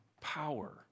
power